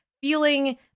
feeling